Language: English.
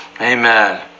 Amen